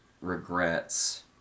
regrets